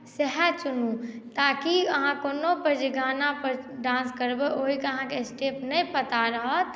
सएह चुनू ताकि अहाँ कोनोपर जे गानापर डांस करबै ओहिके अहाँकेँ स्टेप नहि पता रहत